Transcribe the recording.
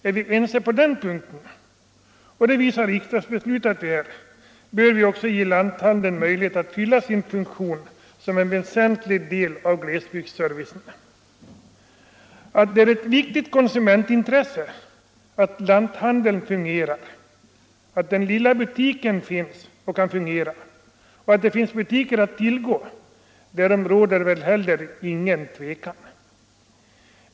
Är vi ense på den punkten — och det visar riksdagsbeslutet att vi är — bör vi också ge lanthandeln möjlighet att fylla sin funktion som en väsentlig del av glesbygdsservicen. Det råder väl heller inget tvivel om att det är ett viktigt konsumentintresse att lanthandeln — den lilla butiken — finns att tillgå och kan fungera.